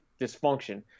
dysfunction